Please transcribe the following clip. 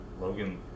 Logan